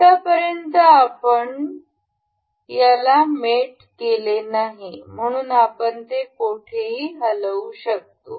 आत्तापर्यंत आपण पण याला मेट केले नाही म्हणून आपण ते कोठेही हलवू शकतो